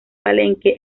palenque